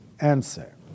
answer